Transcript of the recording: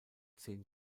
zehn